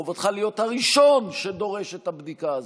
חובתך להיות הראשון שדורש את הבדיקה הזאת,